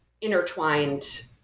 intertwined